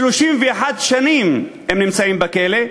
31 שנים הם נמצאים בכלא,